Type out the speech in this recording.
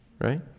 right